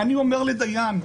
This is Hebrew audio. אני אומר לדיין: